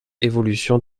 évolution